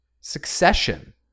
Succession